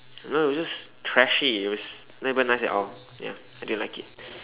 no it was just trashy it it was not even nice at all ya I didn't like it